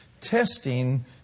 testing